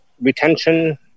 retention